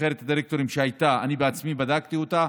נבחרת הדירקטורים שהייתה, ואני בעצמי בדקתי אותה,